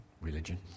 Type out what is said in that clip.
religion